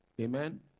Amen